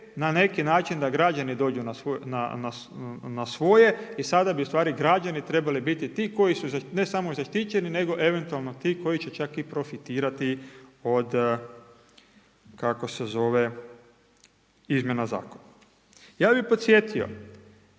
na neki način da građani dođu na svoje i sada bi u stvari građani trebali biti ti, koji su, ne samo zaštićeni nego eventualno ti koji će čak i profitirati od izmjena zakona. Ja bih podsjetio